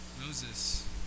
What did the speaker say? moses